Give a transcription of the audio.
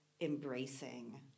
embracing